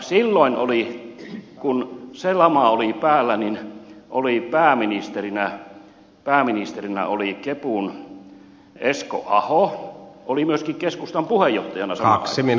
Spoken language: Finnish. silloin kun se lama oli päällä pääministerinä oli kepun esko aho oli myöskin keskustan puheenjohtajan aasi niin